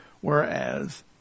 Whereas